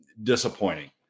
Disappointing